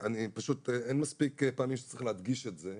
אין מספיק פעמים שצריך להדגיש את זה.